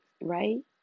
right